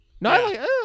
No